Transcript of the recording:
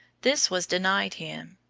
this was denied him.